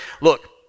look